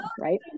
right